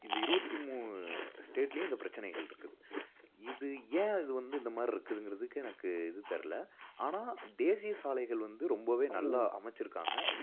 இந்த இருபத்தி மூணு ஸ்டேட்லேயும் இந்த பிரச்சனைகள் இருக்குது இது ஏன் அது வந்து இந்தமாதிரி இருக்குதுங்கிறதுக்கு எனக்கு இது தெரில ஆனால் தேசிய சாலைகள் வந்து ரொம்ப நல்லா அமைச்சிருக்காங்க